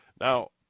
Now